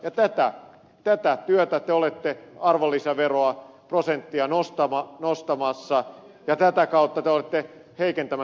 ja tätä työtä te olette verottamassa arvonlisäveroprosenttia nostamassa ja tätä kautta te olette heikentämässä työllisyyttä